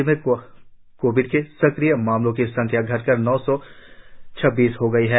राज्य में कोविड के सक्रिय मामलों की संख्या घटकर नौ सौ छब्बीस रह गई है